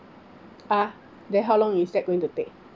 ah then how long is that going to take